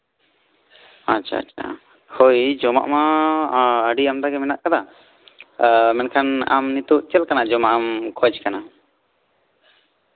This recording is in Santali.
ᱟᱪᱪᱷᱟᱼᱟᱪᱪᱷᱟ ᱡᱚᱢᱟᱜ ᱢᱟ ᱟᱹᱰᱤ ᱟᱢᱫᱟᱜᱮ ᱢᱮᱱᱟᱜ ᱠᱟᱫᱟ ᱢᱮᱱᱠᱷᱟᱱ ᱟᱢ ᱱᱤᱛᱚᱜ ᱪᱮᱫ ᱞᱮᱠᱟᱱᱟᱜ ᱡᱚᱢᱟᱜ ᱮᱢ ᱠᱷᱚᱡᱽ ᱠᱟᱱᱟ